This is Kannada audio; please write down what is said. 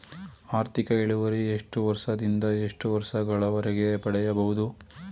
ಆರ್ಥಿಕ ಇಳುವರಿ ಎಷ್ಟು ವರ್ಷ ದಿಂದ ಎಷ್ಟು ವರ್ಷ ಗಳವರೆಗೆ ಪಡೆಯಬಹುದು?